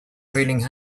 trailing